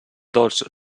dolç